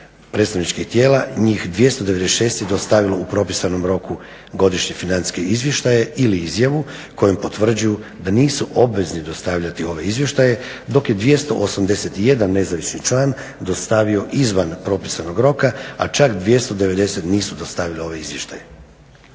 predstavničkih tijela njih 296 je dostavilo u propisanom roku godišnje financijske izvještaje ili izjavu kojom potvrđuju da nisu obvezni dostavljati ove izvještaje dok je 281 nezavisni član dostavo izvan propisanog roka, a čak 290 nisu dostavili ovaj izvještaj.